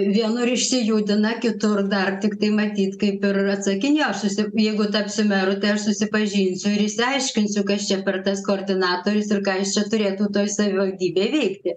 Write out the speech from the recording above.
vienur išsijudina kitur dar tiktai matyt kaip ir atsakinėjo susi jeigu tapsiu meru tai aš susipažinsiu ir išsiaiškinsiu kas čia per tas koordinatorius ir ką jis čia turėtų toj savivaldybėj veikti